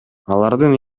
алардын